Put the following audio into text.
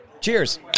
Cheers